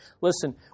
Listen